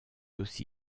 aussi